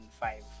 five